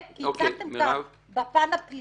אני מבקשת לדעת בהיבט המשווה כי הצגתם כבר בפן הפלילי,